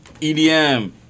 EDM